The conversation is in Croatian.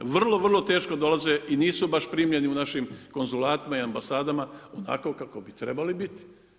Vrlo, vrlo teško dolaze i nisu baš primljeni u našim konzulatima i ambasadama onako kako bi trebali biti.